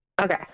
Okay